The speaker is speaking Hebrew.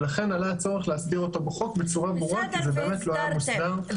ולכן עלה הצורך להסדיר אותו בחוק בצורה ברורה כי זה באמת לא היה מוסדר.